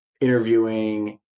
interviewing